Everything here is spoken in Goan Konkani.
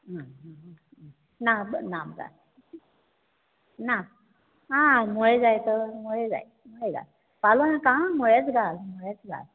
ना ना हां मुळे जाय तर मुळे जाय मुळेच घाल मुळेच घाल